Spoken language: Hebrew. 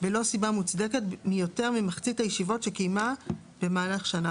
בלא סיבה מוצדקת מיותר ממחצית הישיבות שקיימה במהלך שנה